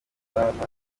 bahanzi